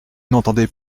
n’entendez